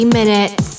minutes